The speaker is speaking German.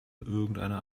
irgendeiner